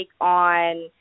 on